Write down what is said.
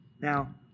Now